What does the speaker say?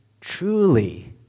truly